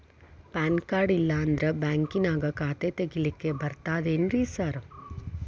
PAN card ಇಲ್ಲಂದ್ರ ಬ್ಯಾಂಕಿನ್ಯಾಗ ಖಾತೆ ತೆಗೆಲಿಕ್ಕಿ ಬರ್ತಾದೇನ್ರಿ ಸಾರ್?